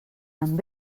amb